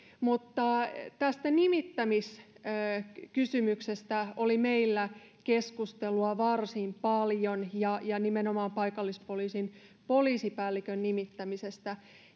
tästä nimittämiskysymyksestä oli meillä keskustelua varsin paljon nimenenomaan paikallispoliisin poliisipäällikön nimittämisestä